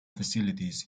facilities